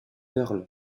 pearl